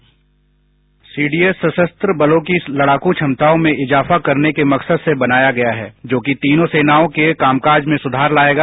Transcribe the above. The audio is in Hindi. बाईट सीडीएस सशस्त्र बलों की इस लड़ाकू क्षमताओं में इजाफा करने के मकसद से बनाया गया है जोकि तीनों सेनाओं के कामकाज में सुधार लायेगा